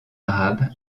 arabe